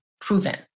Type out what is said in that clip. proven